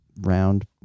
round